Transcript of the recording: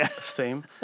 steam